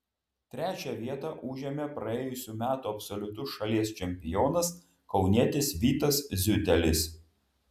trečią vietą užėmė praėjusių metų absoliutus šalies čempionas kaunietis vytas ziutelis